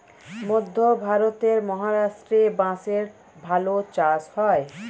মধ্যে ভারতের মহারাষ্ট্রে বাঁশের ভালো চাষ হয়